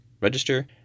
register